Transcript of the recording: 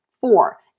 Four